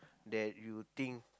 that you think